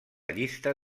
llista